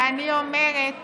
ואת אומרת: